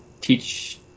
teach